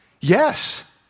Yes